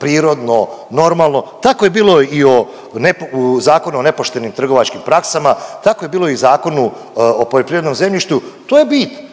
prirodno, normalno. Tako je bilo i u Zakonu o nepoštenim trgovačkim praksama, tako je bilo i u Zakonu o poljoprivrednom zemljištu. To je bit.